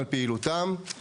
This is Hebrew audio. על פעילותם.